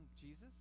Jesus